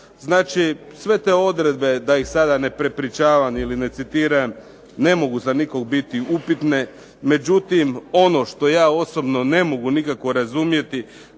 Znači, sve te odredbe da ih sada ne prepričavam ili ne citiram ne mogu za nikoga biti upitne. Međutim, ono što ja osobno ne mogu nikako razumjeti